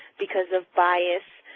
because of bias.